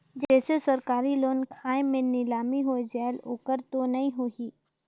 जैसे सरकारी लोन खाय मे नीलामी हो जायेल ओकर तो नइ होही?